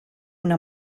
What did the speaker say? una